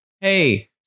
Hey